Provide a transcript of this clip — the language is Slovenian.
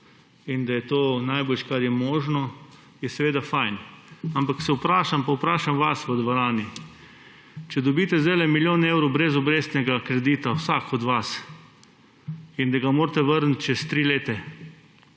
in da je to najboljše, kar je možno, je seveda fajn, ampak se vprašam pa vprašam vas v dvorani: če dobite zdajle milijon evrov brezobrestnega kredita, vsak od vas, in ga morate vrniti čez tri leta